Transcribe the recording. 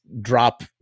drop